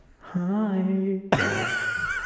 Hi